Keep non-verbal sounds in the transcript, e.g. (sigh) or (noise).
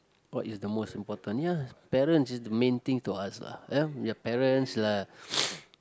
what is the most important ya parents is the main thing to us lah ya your parents lah (noise)